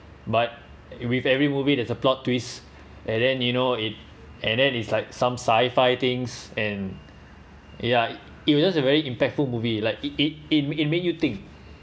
but with every movie there’s a plot twist and then you know it and then it's like some sci-fi things and ya it was just a very impactful movie like it it it it made you think